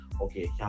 okay